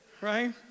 Right